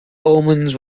omens